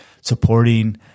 supporting